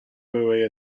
buoy